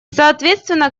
соответственно